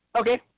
Okay